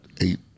eight